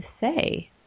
say